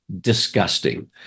disgusting